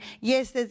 Yes